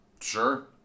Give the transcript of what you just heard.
Sure